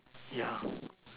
yeah